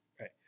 right